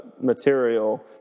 material